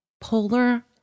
polar